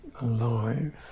alive